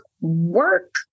work